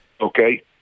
Okay